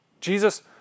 Jesus